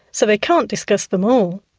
so they can't discuss them all.